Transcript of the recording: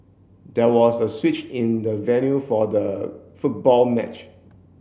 there was a switch in the venue for the football match